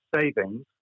savings